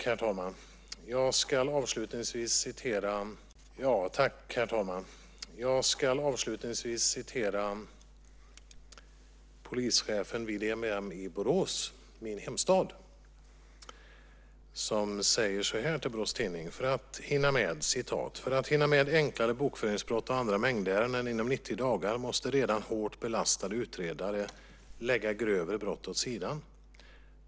Herr talman! Jag ska avslutningsvis citera polischefen vid EBM i Borås, min hemstad. Han säger till Borås tidning att för att hinna med enklare bokföringsbrott och andra mängdärenden inom 90 dagar måste redan hårt belastade utredare lägga grövre brott åt sidan.